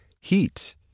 heat